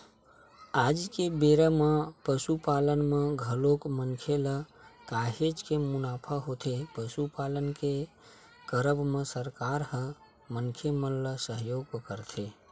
आज के बेरा म पसुपालन म घलोक मनखे ल काहेच के मुनाफा होथे पसुपालन के करब म सरकार ह मनखे मन ल सहयोग करथे